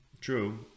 true